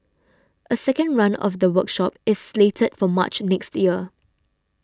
a second run of the workshop is slated for March next year